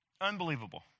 Unbelievable